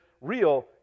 real